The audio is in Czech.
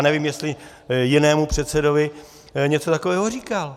Nevím, jestli jinému předsedovi něco takového říkal.